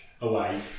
away